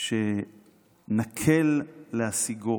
שקל להשיגו.